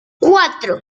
cuatro